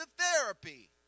therapy